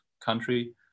country